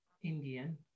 Indian